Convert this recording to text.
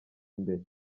imbere